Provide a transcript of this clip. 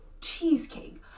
cheesecake